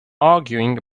arguing